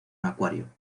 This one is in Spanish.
acuario